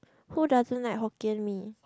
who doesn't like hokkien mee